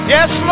Yes